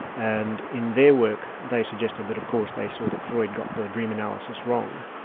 and in their work they suggested that of course they saw that freud got the dream analysis wrong,